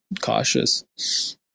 cautious